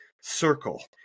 circle